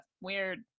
weird